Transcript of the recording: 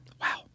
Wow